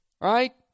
right